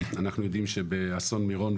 אנחנו יודעים שבאסון מירון,